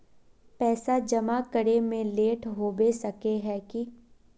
पैसा जमा करे में लेट होबे सके है की?